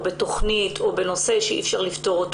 בתכנית או בנושא שאי אפשר לפתור.